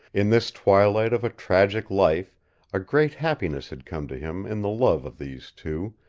in this twilight of a tragic life a great happiness had come to him in the love of these two,